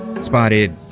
spotted